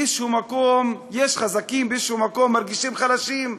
באיזה מקום יש חזקים שבאיזה מקום מרגישים חלשים,